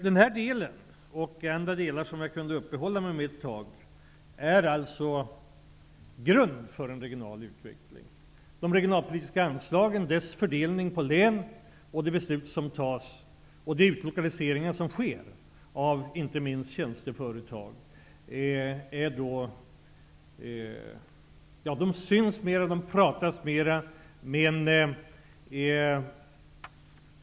Den här delen av betänkandet, och andra delar som jag hade kunnat uppehålla mig vid ett tag, är alltså grunden för en regional utveckling. De regionalpolitiska anslagen, deras fördelning på länen, de beslut som fattas och de utlokaliseringar som sker av inte minst tjänsteföretag syns mer, och man pratar mer om dem.